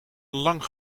lang